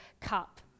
cup